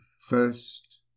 First